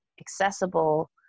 accessible